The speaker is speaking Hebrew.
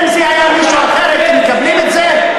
אם זה היה מישהו אחר, הייתם מקבלים את זה?